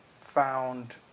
found